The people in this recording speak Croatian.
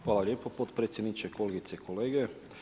Hvala lijepo potpredsjedniče, kolegice i kolege.